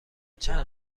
چند